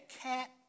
cat